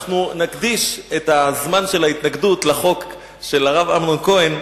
אנחנו נקדיש את הזמן של ההתנגדות לחוק של הרב אמנון כהן,